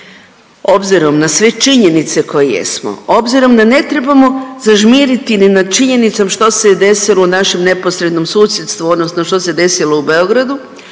Obzirom na sve činjenice koje jesmo, obzirom da ne trebamo zažmiriti ni nad činjenicom što se je desilo u našem neposrednom susjedstvu odnosno što se desilo u Beogradu,